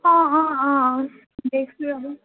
অঁ অঁ অঁ অঁ দেখিছোঁ আৰু